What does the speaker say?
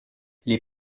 les